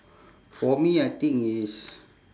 for me I think it's